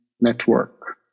network